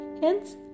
Hence